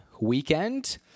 weekend